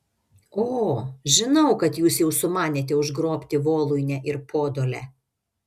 o žinau kad jūs jau sumanėte užgrobti voluinę ir podolę